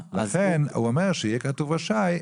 לכן הוא אומר שכאשר יהיה כתוב רשאי,